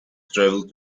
travel